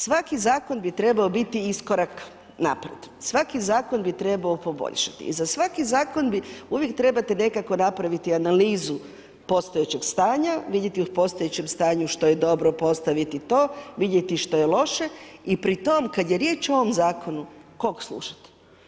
Svaki zakon bi trebao biti iskorak naprijed, svaki zakon bi trebao poboljšati i za svaki zakon uvijek trebate nekako napraviti analizu postojećeg stanja, vidjeti u postojećem stanju što je dobro postaviti to, vidjeti što je loše i pri tom kada je riječ o ovom zakonu kog slušati?